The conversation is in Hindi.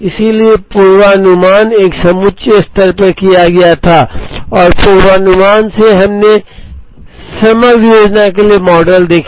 इसलिए पूर्वानुमान एक समुच्चय स्तर पर किया गया था और पूर्वानुमान से हमने समग्र योजना के लिए मॉडल देखे